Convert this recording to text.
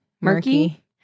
murky